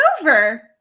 over